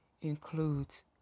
includes